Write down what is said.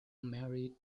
married